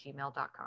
gmail.com